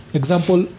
example